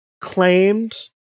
claimed